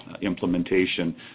implementation